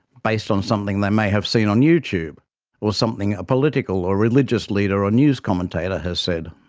based on something they may have seen on youtube or something a political or religious leader or news commentator has said.